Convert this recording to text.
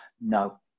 No